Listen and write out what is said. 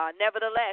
nevertheless